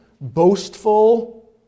boastful